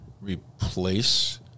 replace